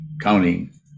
counting